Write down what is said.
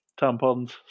tampons